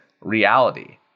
reality